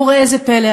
וראה זה פלא,